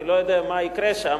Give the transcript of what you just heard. אני לא יודע מה יקרה שם,